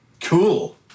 Cool